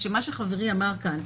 שמה שחברי אמר כאן,